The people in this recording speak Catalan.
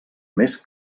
més